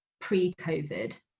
pre-COVID